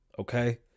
okay